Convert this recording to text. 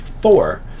Four